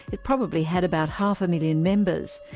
it probably had about half a million members.